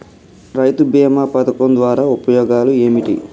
రైతు బీమా పథకం ద్వారా ఉపయోగాలు ఏమిటి?